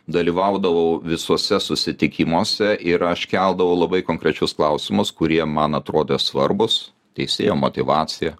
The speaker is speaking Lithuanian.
dalyvaudavau visuose susitikimuose ir aš keldavau labai konkrečius klausimus kurie man atrodė svarbūs teisėjo motyvacija